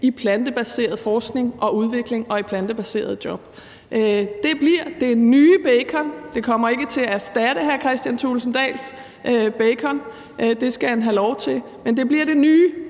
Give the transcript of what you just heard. i plantebaseret forskning og udvikling og i plantebaseret job. Det bliver det nye bacon. Der kommer ikke til at erstatte hr. Kristian Thulesen Dahls bacon – den skal han have lov til at have – men det bliver det nye